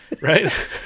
right